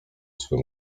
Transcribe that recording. swym